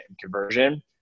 conversion